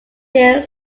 jill